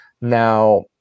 Now